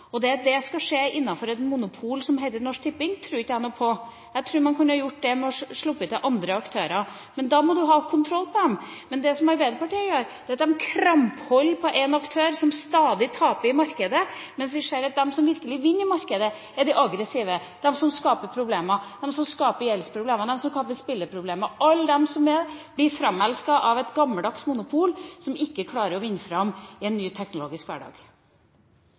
spiller på. At det skal skje innenfor et monopol som heter Norsk Tipping, tror ikke jeg noe på. Jeg tror man kunne gjort det ved å slippe til andre aktører, men da må en ha kontroll på dem. Det som Arbeiderpartiet gjør, er at de krampaktig holder på én aktør, som stadig taper i markedet, mens vi ser at de som virkelig vinner i markedet, er de aggressive, de som skaper problemer, de som skaper gjeldsproblemer, de som skaper spilleproblemer – alle dem som blir framelsket av et gammeldags monopol som ikke klarer å vinne fram i en ny teknologisk hverdag.